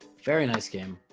very nice game